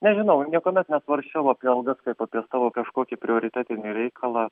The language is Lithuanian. nežinau niekuomet nesvarsčiau apie algas kaip apie savo kažkokį prioritetinį reikalą